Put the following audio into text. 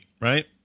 right